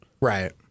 Right